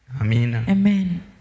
amen